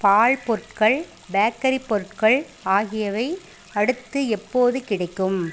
பால் பொருட்கள் பேக்கரி பொருட்கள் ஆகியவை அடுத்து எப்போது கிடைக்கும்